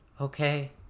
Okay